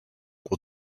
will